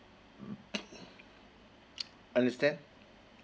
understand